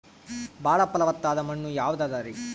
ಬಾಳ ಫಲವತ್ತಾದ ಮಣ್ಣು ಯಾವುದರಿ?